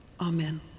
Amen